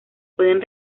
pueden